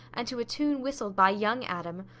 and to a tune whistled by young adam,